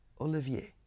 Olivier